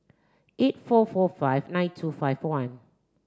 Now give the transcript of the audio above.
eight four four five nine two five one